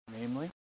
namely